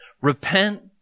Repent